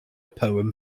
poem